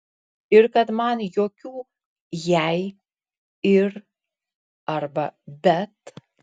ir kad man jokių jei ir arba bet